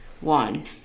One